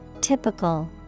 typical